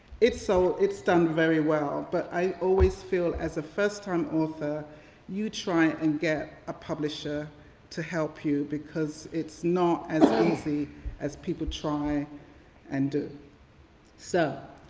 it's so it's done very well. but i always feel as a first-time author you try and get a publisher to help you because it's not as easy as people try and so,